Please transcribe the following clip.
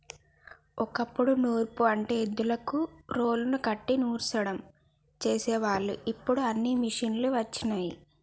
ఓ కప్పుడు నూర్పు అంటే ఎద్దులకు రోలుని కట్టి నూర్సడం చేసేవాళ్ళు ఇప్పుడు అన్నీ మిషనులు వచ్చినయ్